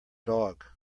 dog